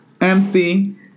MC